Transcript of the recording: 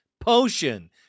potion